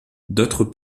d’autres